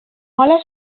hola